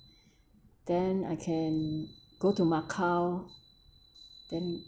then I can go to macau then